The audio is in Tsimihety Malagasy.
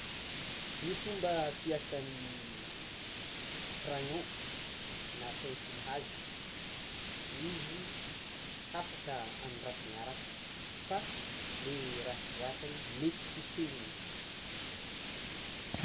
Ny fomba fiasan'ny crayon na pensily hazo izy hafaka hanoratana raha fa le raha soratany mety kosehiny.